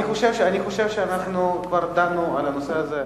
אני חושב שאנחנו כבר דנו מספיק על הנושא הזה,